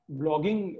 blogging